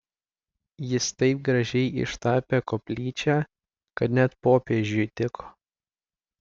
jis taip gražiai ištapė koplyčią kad net popiežiui tiko